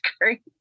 great